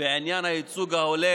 בעניין הייצוג ההולם